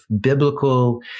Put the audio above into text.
biblical